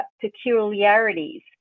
peculiarities